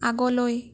আগলৈ